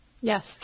Yes